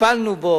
טיפלנו בו.